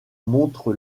montre